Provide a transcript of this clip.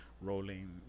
rolling